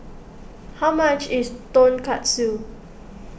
how much is Tonkatsu